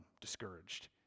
discouraged